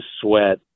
Sweat